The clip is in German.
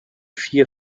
vier